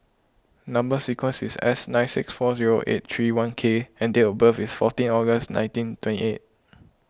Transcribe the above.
Number Sequence is S nine six four zero eight three one K and date of birth is fourteen August nineteen twenty eight